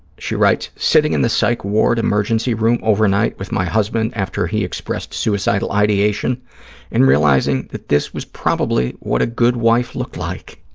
she writes, sitting in the psych ward emergency room overnight with my husband after he expressed suicidal ideation and realizing that this was probably what a good wife looked like.